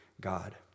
God